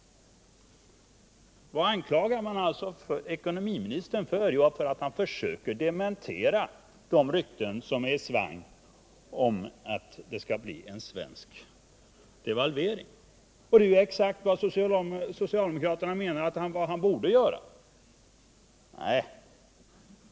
Man anklagar ekonomiministern för att han försöker dementera de rykten som är i svang om en svensk devalvering. Det är exakt vad socialdemokraterna menar att han borde göra.